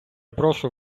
прошу